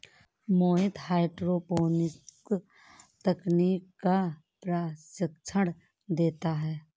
मोहित hydroponics तकनीक का प्रशिक्षण देता है